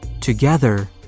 Together